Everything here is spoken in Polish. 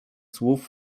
słów